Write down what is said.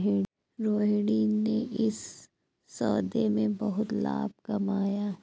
रोहिणी ने इस सौदे में बहुत लाभ कमाया